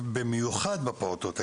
במיוחד בפעוטות.